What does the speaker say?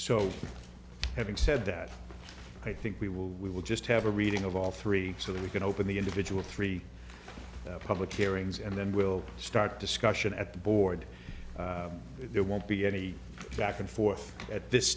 so having said that i think we will we will just have a reading of all three so that we can open the individual three public hearings and then we'll start discussion at the board there won't be any back and forth at this